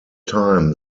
time